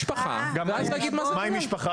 מה עם משפחה?